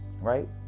right